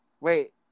Wait